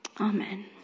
Amen